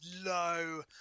low